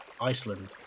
Iceland